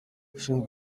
ushinzwe